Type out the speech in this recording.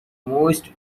most